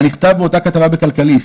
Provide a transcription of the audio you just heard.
מהנכתב באותה כתבה בכלכליסט,